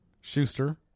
Schuster